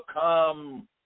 come